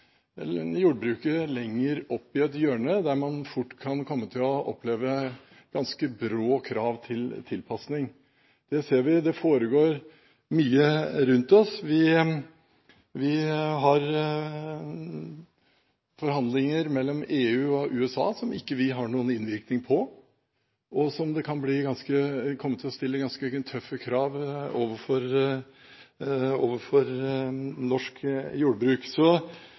jordbruket lenger inn i et hjørne, der man fort kan komme til å oppleve ganske brå krav til tilpasning. Vi ser at det foregår mye rundt oss. Vi har forhandlinger mellom EU og USA som vi ikke har noen innvirkning på, og som kan komme til å stille norsk jordbruk overfor ganske tøffe krav. Så utfordringen som her ligger under, er at vi alle ønsker et godt norsk jordbruk